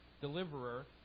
deliverer